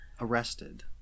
arrested